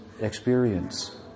experience